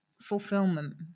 fulfillment